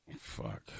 fuck